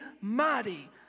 mighty